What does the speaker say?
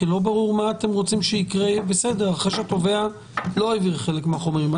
כי לא ברור מה אתם רוצים שיקרה אחרי שהתובע לא העביר חלק מהחומרים.